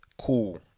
cool